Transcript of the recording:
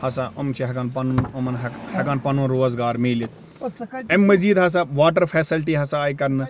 ہسا یِم چھِ ہیٚکان پَنُن یِمن ہیٚکان پَنُن روزگار میٖلِتھ اَمہِ مٔزیٖد ہسا واٹر فیسَلٹی ہسا آیہِ کرنہٕ